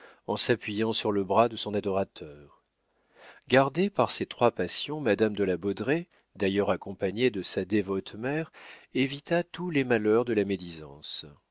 en s'appuyant sur le bras de son adorateur gardée par ces trois passions madame de la baudraye d'ailleurs accompagnée de sa dévote mère évita tous les malheurs de la médisance